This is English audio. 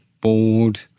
bored